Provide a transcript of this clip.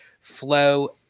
flow